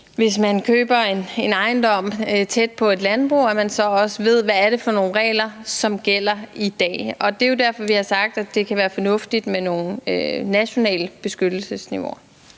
hvis man køber en ejendom tæt på et landbrug, skal man også vide, hvad det er for nogle regler, som gælder i dag. Det er jo derfor, vi har sagt, at det kan være fornuftigt med nogle nationale beskyttelsesniveauer.